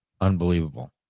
Unbelievable